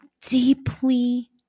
deeply